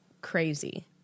crazy